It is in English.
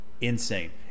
Insane